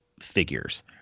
figures